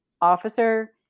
officer